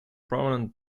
prominent